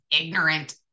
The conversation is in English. ignorant